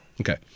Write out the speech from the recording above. Okay